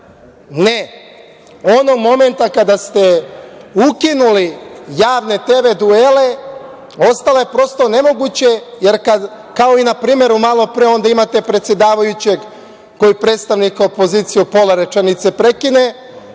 Ne, onog momenta kada ste ukinuli javne TV duele ostala je prosto nemoguće, jer kao na primer, malo pre onda imate predsedavajućeg koji predstavnika opozicije u pola rečenice prekine.